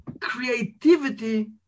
creativity